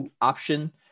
option